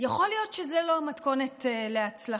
יכול להיות שזו לא המתכונת להצלחה.